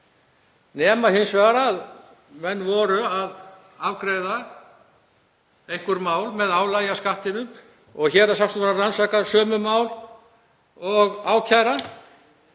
nema hins vegar að menn voru að afgreiða einhver mál með álagi hjá Skattinum og héraðssaksóknari að rannsaka sömu mál og ákæra